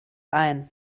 ein